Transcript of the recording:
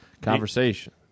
Conversation